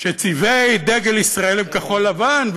שצבעי דגל ישראל הם כחול-לבן,